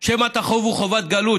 שמא תחובו חובת גלות,